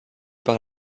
par